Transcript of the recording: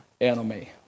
enemy